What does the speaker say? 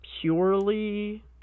purely